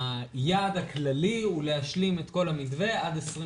היעד הכללי הוא להשלים את כל המתווה עד 2025,